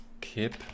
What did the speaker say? Kip